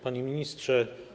Panie Ministrze!